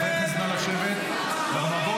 אנחנו נעבור